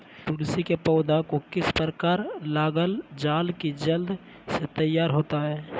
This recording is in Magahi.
तुलसी के पौधा को किस प्रकार लगालजाला की जल्द से तैयार होता है?